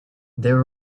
there